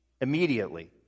Immediately